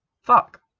fuck